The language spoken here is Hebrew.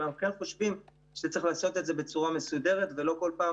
אבל אנחנו כן חושבים שצריך לעשות את זה בצורה מסודרת ולא כל פעם